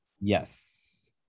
Yes